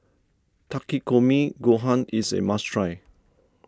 Takikomi Gohan is a must try